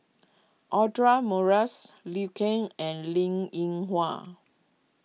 Audra Morrice Liu Kang and Linn in Hua